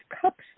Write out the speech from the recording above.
cups